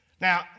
Now